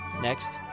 Next